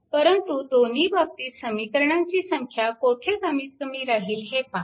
परंतु दोन्ही बाबतीत समीकरणांची संख्या कोठे कमीत कमी राहील हे पहा